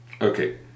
Okay